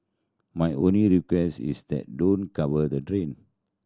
my only request is that don't cover the drain